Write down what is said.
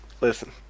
Listen